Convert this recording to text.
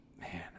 man